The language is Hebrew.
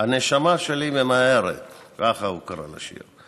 "הנשמה שלי ממהרת", ככה הוא קרא לשיר.